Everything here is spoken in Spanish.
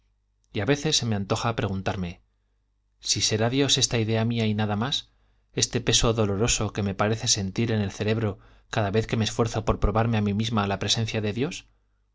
y a veces se me antoja preguntarme si será dios esta idea mía y nada más este peso doloroso que me parece sentir en el cerebro cada vez que me esfuerzo por probarme a mí misma la presencia de dios